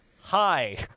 hi